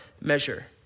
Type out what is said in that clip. measure